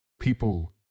People